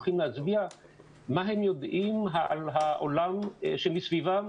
הולכים להצביע מה הם יודעים על העולם שמסביבם